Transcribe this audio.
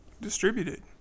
distributed